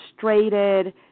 frustrated